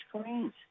screens